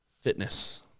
fitness